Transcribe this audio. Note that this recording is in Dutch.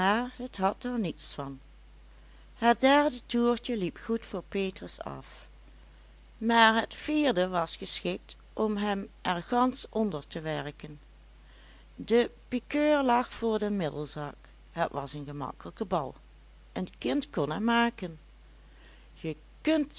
het had er niets van het derde toertje liep goed voor petrus af maar het vierde was geschikt om hem er gansch onder te werken de pikeur lag voor den middelzak het was een gemakkelijke bal een kind kon hem maken je kunt